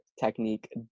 technique